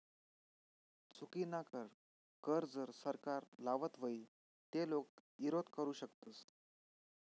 चुकीनाकर कर जर सरकार लावत व्हई ते लोके ईरोध करु शकतस